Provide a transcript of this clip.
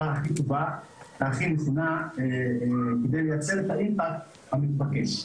הכי טובה והכי נכונה כדי לייצר את האימפקט המתבקש.